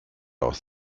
aus